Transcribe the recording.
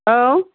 औ